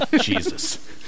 Jesus